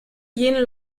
jenen